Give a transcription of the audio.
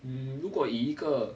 um 如果一个